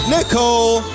Nicole